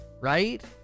Right